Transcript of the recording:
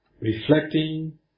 Reflecting